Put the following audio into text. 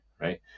Right